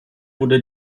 wurde